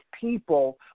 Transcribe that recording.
people